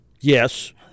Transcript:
yes